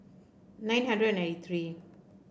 nine hundred and ninety three